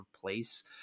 place